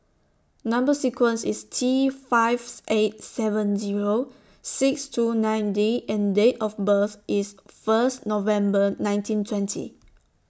Number sequence IS T five eight seven Zero six two nine D and Date of birth IS First November nineteen twenty